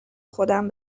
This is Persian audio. خودم